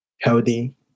healthy